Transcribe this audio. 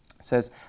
says